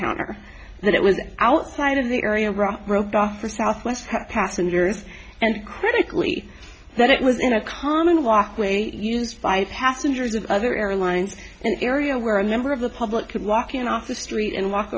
counter that it was outside of the area roped off for southwest passengers and critically that it was in a common walkway used by passengers of other airlines an area where a member of the public could walk in off the street and walk